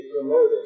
promoted